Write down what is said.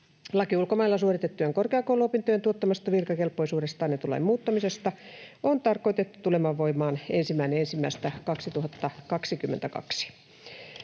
Laki ulkomailla suoritettujen korkeakouluopintojen tuottamasta virkakelpoisuudesta annetun lain muuttamisesta on tarkoitettu tulemaan voimaan 1.1.2022.